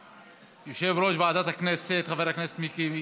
יושב-ראש ועדת הכנסת חבר הכנסת מיקי